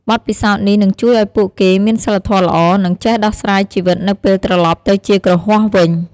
បទពិសោធន៍នេះនឹងជួយឱ្យពួកគេមានសីលធម៌ល្អ និងចេះដោះស្រាយជីវិតនៅពេលត្រឡប់ទៅជាគ្រហស្ថវិញ។